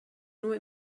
nur